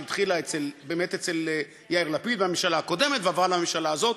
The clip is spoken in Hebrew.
שהתחילה באמת אצל יאיר לפיד והממשלה הקודמת ועברה לממשלה הזאת.